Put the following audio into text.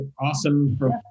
awesome